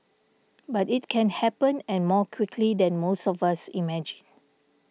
but it can happen and more quickly than most of us imagine